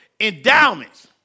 endowments